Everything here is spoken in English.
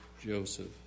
Joseph